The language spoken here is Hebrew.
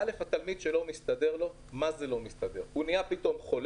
אי-אפשר שפתאום למישהו לא מתאים אז זה יפיל הכול.